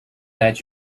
that